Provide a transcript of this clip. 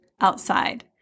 outside